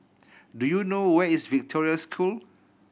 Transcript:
do you know where is Victoria School